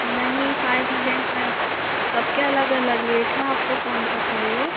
نہیں five hundred پر سب کے الگ الگ ریٹ ہیں آپ کو کون سا چاہیے